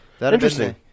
Interesting